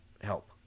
Help